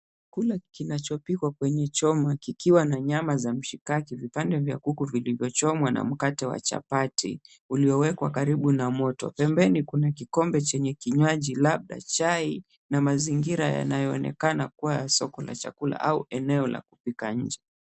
Chakula kinachopikwa kwenye choma kikiwa na nyama za mshikaki vipande vya kuku vilivyochomwa na mkate wa chapati uliowekewa karibu na moto. Pembeni kuna kikombe chenye kinywaji labda chai na mazingira yanayoonekana kua ya soko la chakula au eneo la kupika nje.